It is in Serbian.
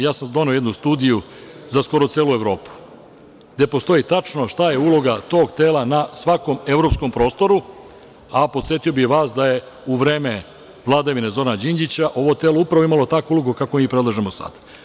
Ja sam doneo jednu studiju za skoro celu Evropu gde postoji tačno šta je uloga tog tela na svakom evropskom prostoru, a podsetio bih Vas da je u vreme vladavine Zorana Đinđića ovo telo upravo imalo takvu ulogu kakvu mi predlažemo sad.